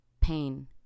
pain